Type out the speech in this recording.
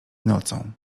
nocą